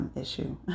issue